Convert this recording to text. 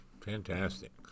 Fantastic